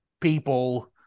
people